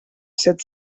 set